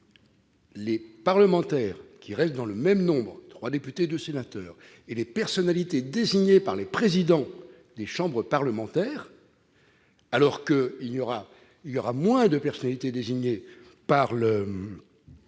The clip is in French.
les parlementaires, qui restent dans le même nombre, trois députés et deux sénateurs, et les personnalités désignées par les présidents des assemblées parlementaires, alors qu'il y aura moins de personnalités désignées par le ministre